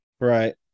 Right